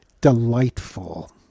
delightful